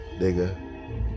nigga